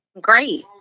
Great